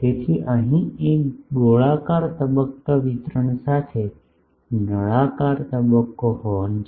તેથી અહીં એક ગોળાકાર તબક્કા વિતરણ સાથે નળાકાર તબક્કો હોર્ન છે